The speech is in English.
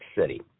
City